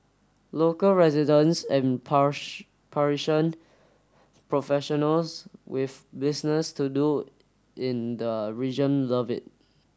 local residents and Parisian professionals with business to do in the region love it